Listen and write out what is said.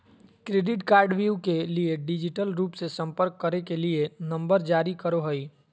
credit कार्डव्यू के लिए डिजिटल रूप से संपर्क करे के लिए नंबर जारी करो हइ